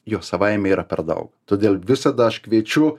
jos savaime yra per daug todėl visada aš kviečiu